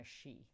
she-